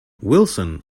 wilson